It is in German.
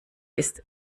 ist